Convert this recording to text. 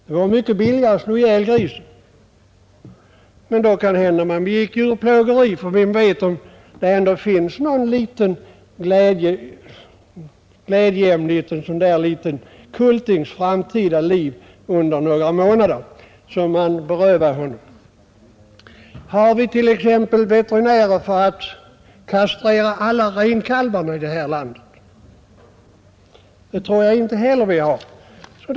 Det vore mycket billigare att slå ihjäl grisen. Men då kanske han begick djurplågeri, för vem vet om man inte då berövar grisen den eventuella glädje som några månaders längre liv skulle innebära. Har vi veterinärer till att kastrera alla renkalvar i detta land? Det tror jag inte heller att vi har.